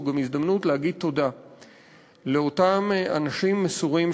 שזו גם הזדמנות להגיד תודה לאותם אנשים מסורים